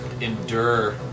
endure